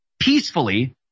peacefully